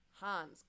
Hans